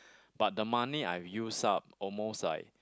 but the money I'm use up almost like